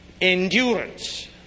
endurance